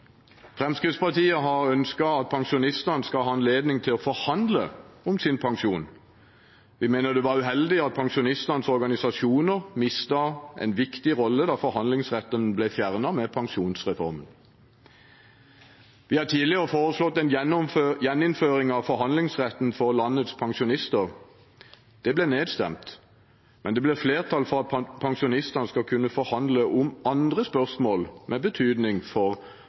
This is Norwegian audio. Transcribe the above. Fremskrittspartiet har ønsket at pensjonistene skal ha anledning til å forhandle om sin pensjon. Vi mener det var uheldig at pensjonistenes organisasjoner mistet en viktig rolle da forhandlingsretten ble fjernet med pensjonsreformen. Vi har tidligere foreslått en gjeninnføring av forhandlingsretten for landets pensjonister. Det ble nedstemt, men det ble flertall for at pensjonistene skal kunne forhandle om andre spørsmål av betydning for